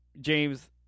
James